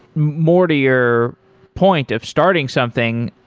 more to your point of starting something,